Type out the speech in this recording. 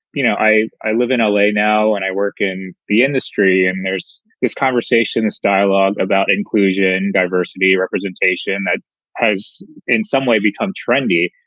you know, i i live in l a. now and i work in the industry. and there's this conversation, this dialogue about inclusion, diversity, representation that has in some way become trendy.